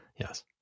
Yes